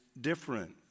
different